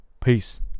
Peace